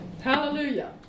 Hallelujah